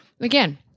Again